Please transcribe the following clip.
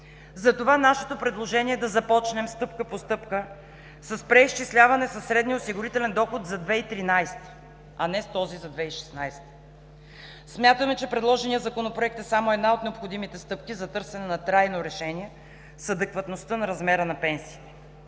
Затова нашето предложение е да започнем стъпка по стъпка с преизчисляване със средния осигурителен доход за 2013-а, а не с този за 2016 г. Смятаме, че предложеният Законопроект е само една от необходимите стъпки за търсене на трайно решение с адекватността на размера на пенсиите.